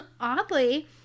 oddly